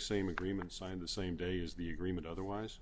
same agreement signed the same day as the agreement otherwise